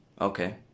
Okay